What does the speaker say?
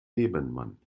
nebenmann